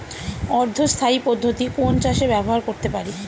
অর্ধ স্থায়ী পদ্ধতি কোন চাষে ব্যবহার করতে পারি?